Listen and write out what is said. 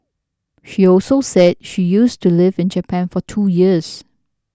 she also said she used to lived in Japan for two years